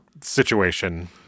situation